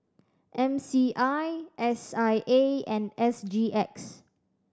M C I S I A and S G X